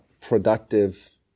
productive